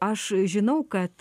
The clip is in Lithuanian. aš žinau kad